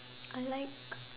I like